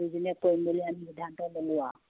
business কৰিম বুলি আমি সিদ্ধান্ত ল'লো আৰু